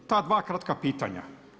Ta dva kratka pitanja.